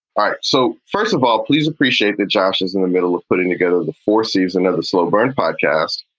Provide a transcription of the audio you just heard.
all right, so first of all, please appreciate that josh is in the middle of putting together the forces, another slow burn podcast.